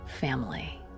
family